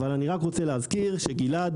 אבל אני רק רוצה להזכיר שגלעד,